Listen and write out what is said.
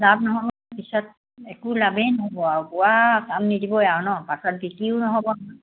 লাভ নহ'ব পিছত একো লাভেই নহ'ব আৰু বোৱা কাম নিদিবই আৰু ন পাছত বিক্ৰীও নহ'ব